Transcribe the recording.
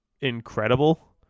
incredible